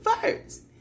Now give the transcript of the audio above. first